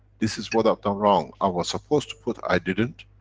this is what i've done wrong, i was supposed to put, i didn't.